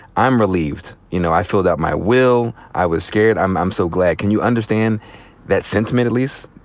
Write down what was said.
i'm relieved. you know, i filled out my will. i was scared. i'm i'm so glad. can you understand that sentiment at least?